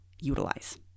utilize